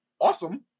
awesome